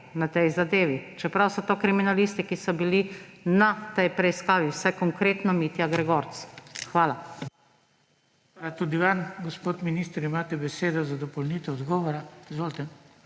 na tej zadevi, čeprav so to kriminalisti, ki so bili na tej preiskavi, vsaj konkretno Mitja Gregorc? Hvala.